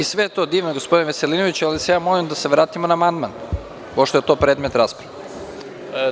Sve je to divno, gospodine Veselinoviću, ali vas molim da se vratimo na amandman, pošto je to predmet rasprave.